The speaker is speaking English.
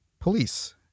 police